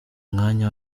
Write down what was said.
mwanya